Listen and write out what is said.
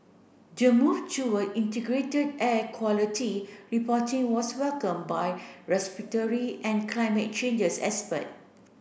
the move toward integrated air quality reporting was welcomed by respiratory and climate changes expert